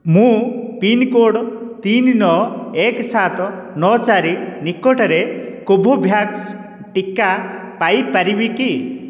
ମୁଁ ପିନ୍କୋଡ଼୍ ତିନି ନଅ ଏକ ସାତ ନଅ ଚାରି ନିକଟରେ କୋଭୋଭ୍ୟାକ୍ସ ଟିକା ପାଇ ପାରିବି କି